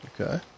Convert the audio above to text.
Okay